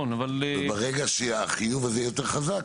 ברגע שהחיוב הזה יהיה יותר חזק,